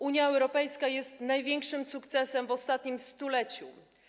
Unia Europejska jest największym sukcesem w ostatnim stuleciu.